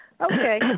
Okay